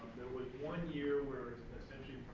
was one year where essentially,